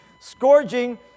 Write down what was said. Scourging